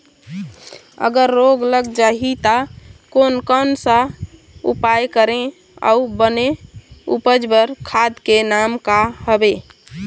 अगर रोग लग जाही ता कोन कौन सा उपाय करें अउ बने उपज बार खाद के नाम का हवे?